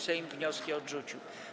Sejm wnioski odrzucił.